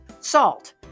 Salt